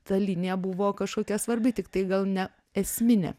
ta linija buvo kažkokia svarbi tiktai gal ne esminė